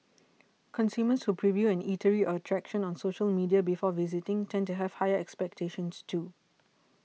consumers who preview an eatery or attraction on social media before visiting tend to have higher expectations too